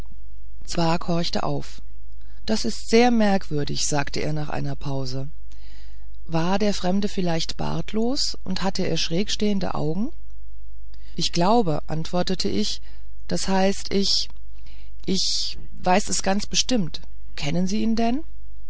zwakh horchte auf das ist sehr merkwürdig sagte er nach einer pause war der fremde vielleicht bartlos und hatte er schrägstehende augen ich glaube antwortete ich das heißt ich ich weiß es ganz bestimmt kennen sie ihn denn